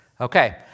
Okay